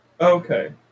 Okay